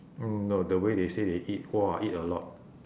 mm no the way they say they eat !wah! eat a lot